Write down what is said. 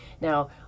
now